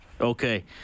Okay